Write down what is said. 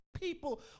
people